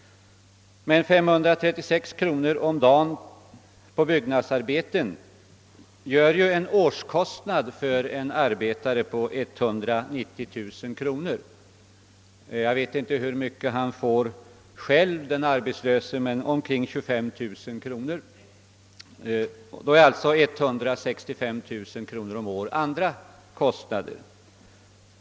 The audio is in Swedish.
Men 536 kronor om dagen på byggnadsarbeten gör ju en årskostnad för en arbetare om 190 000 kronor. Jag vet inte hur mycket den arbetslöse själv får, men det torde ligga omkring 25000 kronor. Då är alltså 165 000 kronor om året andra kostnader.